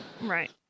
Right